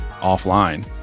offline